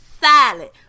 Silent